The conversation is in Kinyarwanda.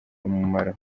umumaro